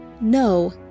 No